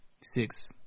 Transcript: six